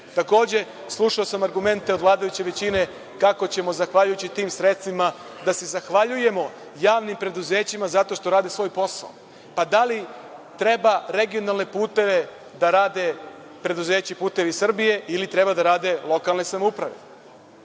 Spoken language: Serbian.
slušao sam argumente od vladajuće većine kako ćemo zahvaljujući tim sredstvima da se zahvaljujemo javnim preduzećima zato što rade svoj posao. Pa, da li treba regionalne puteve da rade preduzeće „Putevi Srbije“ ili treba da rade lokalne samouprave?